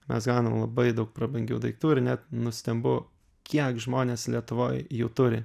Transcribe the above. mes gaunam labai daug prabangių daiktų ir net nustembu kiek žmonės lietuvoj jų turi